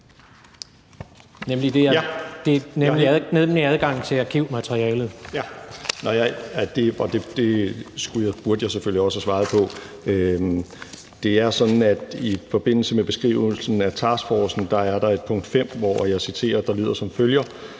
Justitsministeren (Nick Hækkerup): Det burde jeg selvfølgelig også have svaret på. Det er sådan, at i forbindelse med beskrivelsen af taskforcen er der et punkt fem, der lyder som følger: